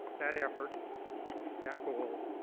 that effort that goal